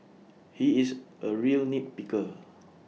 he is A real nit picker